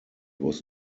was